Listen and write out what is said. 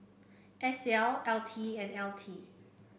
S L L T and L T